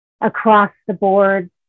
across-the-board